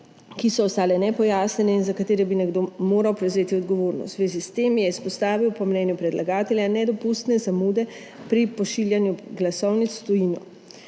ki so ostale nepojasnjene in za katere bi nekdo moral prevzeti odgovornost. V zvezi s tem je izpostavil po mnenju predlagatelja nedopustne zamude pri pošiljanju glasovnic v tujino.